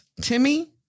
Timmy